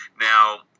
now